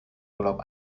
urlaub